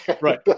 Right